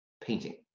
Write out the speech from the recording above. painting